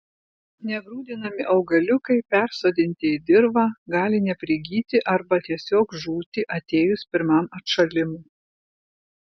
negrūdinami augaliukai persodinti į dirvą gali neprigyti arba tiesiog žūti atėjus pirmam atšalimui